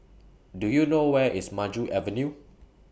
Do YOU know Where IS Maju Avenue